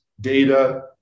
data